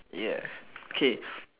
yes okay